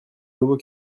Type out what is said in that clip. nouveau